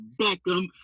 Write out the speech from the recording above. Beckham